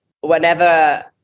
whenever